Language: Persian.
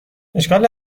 اشکال